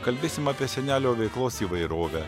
kalbėsim apie senelio veiklos įvairovę